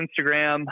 instagram